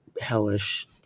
hellish